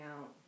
out